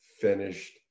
finished